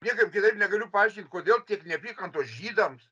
niekaip kitaip negaliu paaiškint kodėl tiek neapykantos žydams